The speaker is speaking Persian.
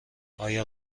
آیا